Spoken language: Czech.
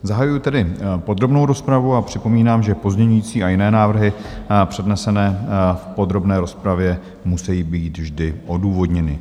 Zahajuji tedy podrobnou rozpravu a připomínám, že pozměňovací a jiné návrhy přednesené v podrobné rozpravě musejí být vždy odůvodněny.